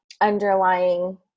underlying